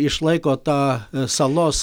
išlaiko tą salos